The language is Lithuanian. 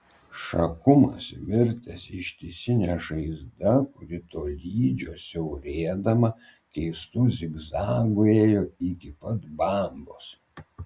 šakumas virtęs ištisine žaizda kuri tolydžio siaurėdama keistu zigzagu ėjo iki pat bambos